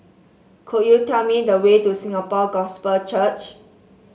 could you tell me the way to Singapore Gospel Church